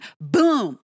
Boom